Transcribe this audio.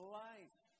life